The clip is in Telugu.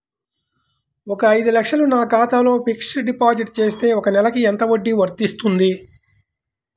ఒక ఐదు లక్షలు నా ఖాతాలో ఫ్లెక్సీ డిపాజిట్ చేస్తే ఒక నెలకి ఎంత వడ్డీ వర్తిస్తుంది?